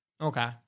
Okay